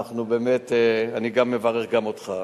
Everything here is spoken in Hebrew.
אני מברך גם אותך.